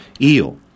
eel